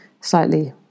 slightly